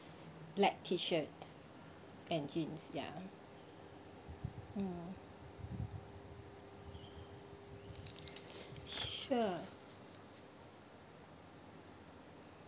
black t shirt and jeans ya mm sure